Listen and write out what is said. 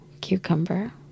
Cucumber